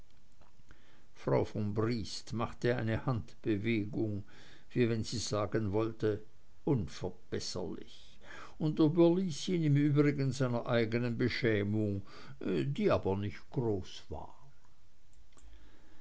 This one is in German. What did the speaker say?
frau von briest machte eine handbewegung wie wenn sie sagen wollte unverbesserlich und überließ ihn im übrigen seiner eigenen beschämung die aber nicht groß war